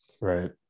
Right